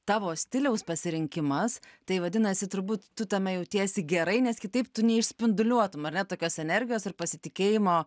tavo stiliaus pasirinkimas tai vadinasi turbūt tu tame jautiesi gerai nes kitaip tu neišspinduliuotum ar ne tokios energijos ir pasitikėjimo